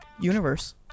universe